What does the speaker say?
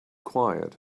quiet